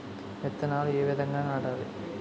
విత్తనాలు ఏ విధంగా నాటాలి?